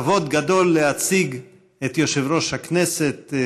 כבוד גדול להציג את יושב-ראש הכנסת.